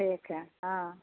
ٹھیک ہے ہاں